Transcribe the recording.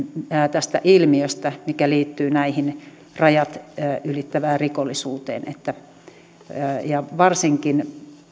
tästä ilmiöstä mikä liittyy tähän rajat ylittävään rikollisuuteen ja varsinkin